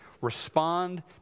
respond